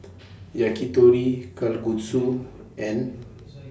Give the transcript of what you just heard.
Yakitori Kalguksu and